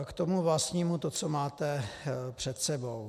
K tomu vlastnímu, co máte před sebou.